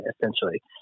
Essentially